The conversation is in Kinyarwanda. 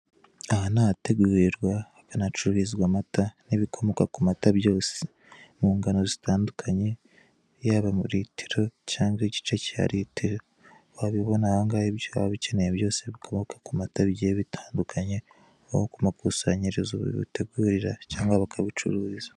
Aha ni ahategurirwa hanacururizwa amata n'ibikomoka ku mata byose mu ngano zitandukanye yaba mu litiro cyangwa igice cya litiro wabibona ahangaha ibyo waba ukeneye byose bikomoka ku mata bitandukanye aho ku makusanyirizo babitegurira cyangwa babicururiza.